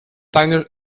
deine